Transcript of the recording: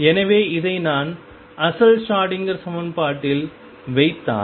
எனவே இதை நான் அசல் ஷ்ரோடிங்கர் சமன்பாட்டில் வைத்தால்